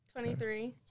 23